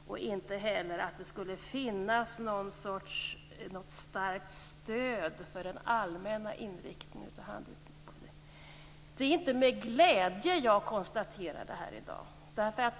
Vi tror inte heller att det skulle finnas något starkt stöd för den allmänna inriktningen i handikappolitiken. Det är inte med glädje jag konstaterar detta i dag.